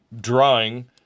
drawing